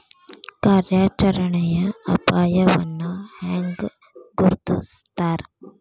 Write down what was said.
ಕಾರ್ಯಾಚರಣೆಯ ಅಪಾಯವನ್ನ ಹೆಂಗ ಗುರ್ತುಸ್ತಾರ